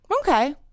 Okay